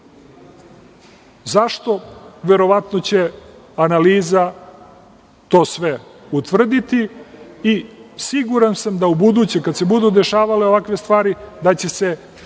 Zašto? Verovatno će analiza to sve utvrditi i siguran sam da ubuduće, kad se budu dešavale ovakve stvari, da će se